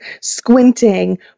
squinting